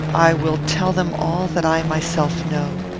i will tell them all that i myself know.